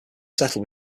settled